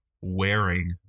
wearing